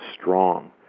strong